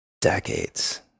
decades